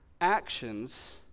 actions